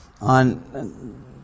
on